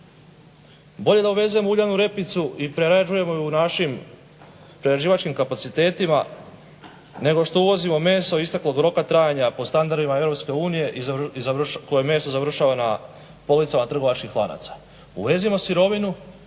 Bolje da uvezemo uljanu repicu i prerađujemo je u našim prerađivačkim kapacitetima, nego što uvozimo meso isteklog roka trajanja po standardima EU koje meso završava na policama trgovačkih lanaca. Uvezimo sirovinu